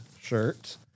shirt